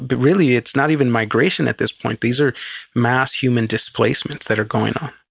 but really it's not even migration at this point, these are mass human displacements that are going on.